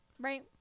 right